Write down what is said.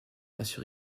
assure